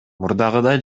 мурдагыдай